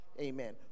amen